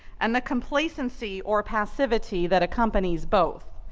and the complacency or passivity that accompanies both.